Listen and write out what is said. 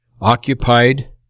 occupied